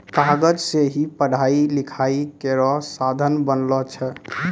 कागज सें ही पढ़ाई लिखाई केरो साधन बनलो छै